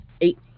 Eight